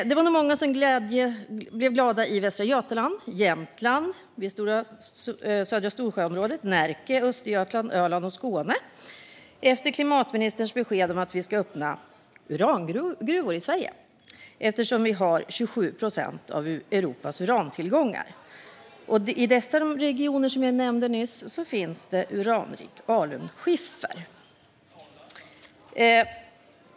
Det var nog många som blev glada i Västra Götaland, södra Storsjöområdet i Jämtland, Närke, Östergötland, Öland och Skåne efter klimatministerns besked om att vi ska öppna urangruvor i Sverige. Vi har nämligen 27 procent av Europas urantillgångar, och i dessa regioner finns ju uranrik alunskiffer.